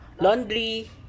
laundry